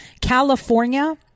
California